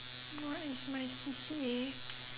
what is my C_C_A